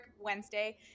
Wednesday